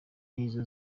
n’izo